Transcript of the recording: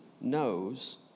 knows